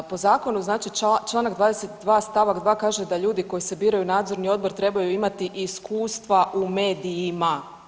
Po Zakonu, znači čl. 22 st. 2 kaže da ljudi koji se biraju u Nadzorni odbor trebaju imati iskustva u medijima.